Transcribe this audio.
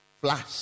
Flash